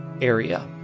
area